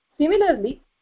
similarly